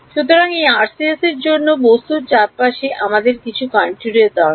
সুতরাং এই আরসিএস এর জন্য বস্তুর চারপাশে আমাদের কিছু contour এর দরকার